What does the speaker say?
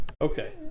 Okay